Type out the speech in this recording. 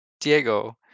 Diego